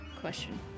question